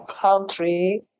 country